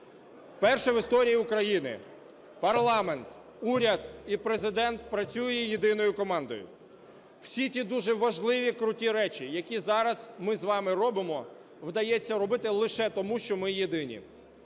вперше в історії України парламент, уряд і Президент працює єдиною командою. Всі ті дуже важливі, круті речі, які зараз ми з вами робимо, вдається робити лише тому, що ми єдині.